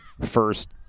first